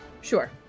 Sure